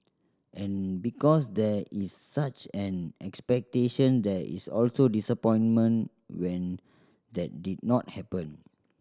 and because there is such an expectation there is also disappointment when that did not happen